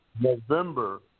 November